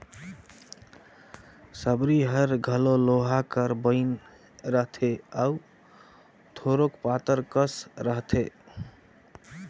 सबरी हर घलो लोहा कर बइन रहथे अउ थोरोक पातर कस रहथे